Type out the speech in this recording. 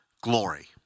glory